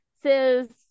says